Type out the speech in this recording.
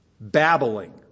babbling